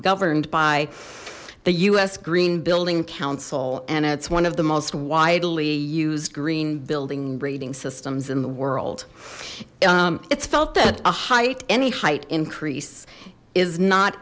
governed by the us green building council and it's one of the most widely used green building rating systems in the world it's felt that a height any height increase is not